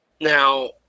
Now